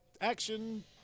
action